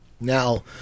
now